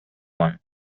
one